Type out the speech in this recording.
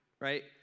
Right